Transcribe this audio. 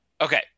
Okay